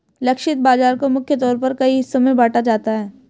लक्षित बाजार को मुख्य तौर पर कई हिस्सों में बांटा जाता है